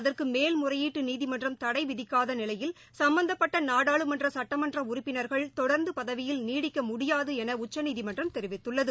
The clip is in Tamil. அதற்கு மேல்முறையீட்டு நீதிமன்றம் தடை விதிக்காத நிலையில் சும்பந்தப்பட்ட நாடாளுமன்ற சுட்டமன்ற உறுப்பினா்கள் தொடா்ந்து பதவியில் நீடிக்க முடியாது என உச்சநீதிமன்றம் தெரிவித்துள்ளது